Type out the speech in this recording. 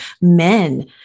men